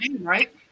right